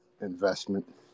investment